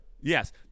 Yes